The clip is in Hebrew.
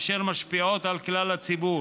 אשר משפיעות על כלל הציבור.